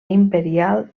imperial